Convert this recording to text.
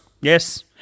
Yes